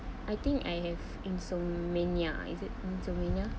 I think I have insomnia is it insomnia